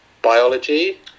biology